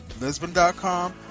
Lisbon.com